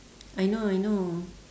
I know I know